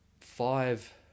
five